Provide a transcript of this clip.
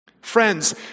Friends